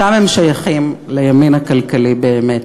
שם הם שייכים לימין הכלכלי באמת.